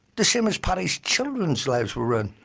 the same as paddy's children's lives were ruined.